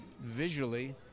visually